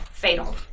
fatal